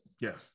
Yes